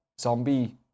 zombie